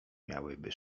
miałyby